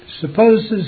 supposes